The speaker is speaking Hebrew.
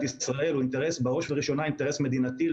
ישראל הוא אינטרס בראש ובראשונה מדינתי,